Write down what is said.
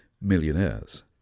millionaires